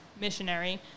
Missionary